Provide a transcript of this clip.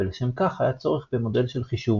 ולשם כך היה צורך במודל של חישוב.